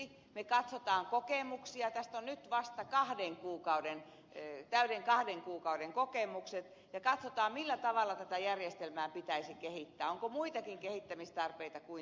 me katsomme kokemuksia tästä on nyt vasta täyden kahden kuukauden kokemukset ja katsomme millä tavalla tätä järjestelmää pitäisi kehittää onko muitakin kehittämistarpeita kuin tämä